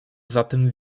zatem